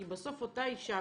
כי בסוף אותה אישה,